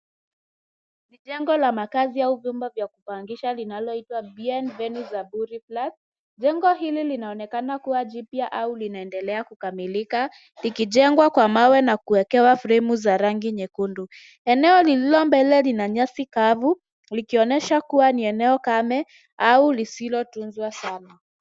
Ni jengo la makazi au vyumba vya kupangisha linaloitwa Ben Venue Zaburi Flats. Jengo hili linaonekana kuwa jipya au linaendelea kukamilika likijengwa kwa mawe na kuwekewa fremu za rangi nyekundu. Eneo lililo mbele lina nyasi kavu likionyesha kuwa ni eneo kame au lisilotunzwa sana.